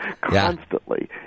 constantly